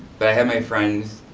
but i have my friends,